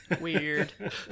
Weird